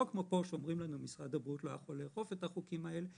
לא כמו פה שאומרים לנו שמשרד הבריאות לא יכול לאכוף את החוקים האלה,